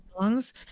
songs